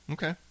Okay